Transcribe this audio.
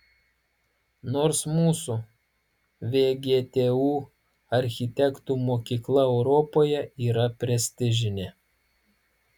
nors mūsų vgtu architektų mokykla europoje yra prestižinė